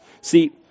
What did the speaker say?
See